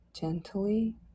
gently